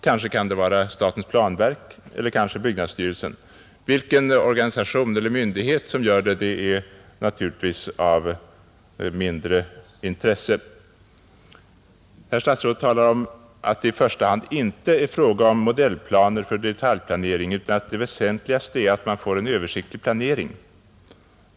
Kanske kan det vara statens planverk eller kanske byggnadsstyrelsen. Vilken organisation eller myndighet som gör den är naturligtvis av mindre intresse, Herr statsrådet talar om att det i första hand inte är fråga om 153 modellplaner för detaljplanering, utan att det väsentliga är att man får en översiktlig planering.